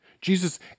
Jesus